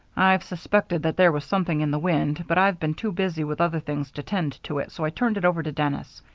i've suspected that there was something in the wind, but i've been too busy with other things to tend to it, so i turned it over to dennis.